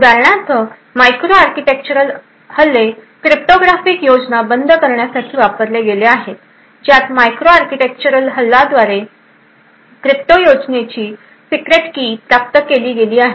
उदाहरणार्थ micro architectural हल्ले cryptographic योजना बंद करण्यासाठी वापरले गेले आहेत ज्यात मायक्रो आर्किटेक्चरल हल्ल्याद्वारे क्रिप्टो योजनेची सिक्रेट की प्राप्त केली गेली आहे